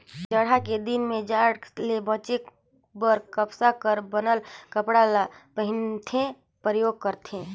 जड़हा के दिन में जाड़ ले बांचे बर कपसा कर बनल कपड़ा ल पहिनथे, परयोग करथे